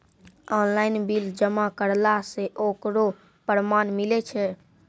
Online bill जमा करला से ओकरौ परमान मिलै छै?